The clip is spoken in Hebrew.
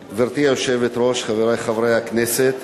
היושבת-ראש, חברי חברי הכנסת,